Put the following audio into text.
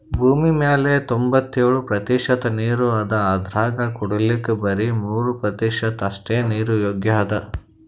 ಭೂಮಿಮ್ಯಾಲ್ ತೊಂಬತ್ತೆಳ್ ಪ್ರತಿಷತ್ ನೀರ್ ಅದಾ ಅದ್ರಾಗ ಕುಡಿಲಿಕ್ಕ್ ಬರಿ ಮೂರ್ ಪ್ರತಿಷತ್ ಅಷ್ಟೆ ನೀರ್ ಯೋಗ್ಯ್ ಅದಾ